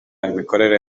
imikorere